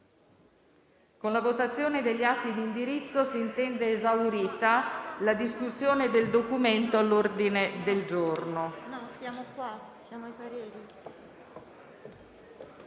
Con la votazione degli atti di indirizzo si intende esaurita la discussione del Documento all'ordine del giorno.